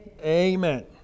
Amen